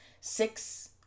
six